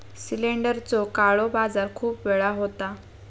सिलेंडरचो काळो बाजार खूप वेळा होता